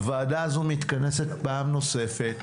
הוועדה הזו מתכנסת פעם נוספת,